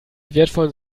wertvollen